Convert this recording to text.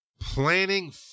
planning